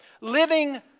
Living